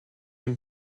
been